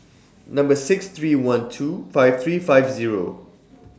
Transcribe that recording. Number six three one two five three five Zero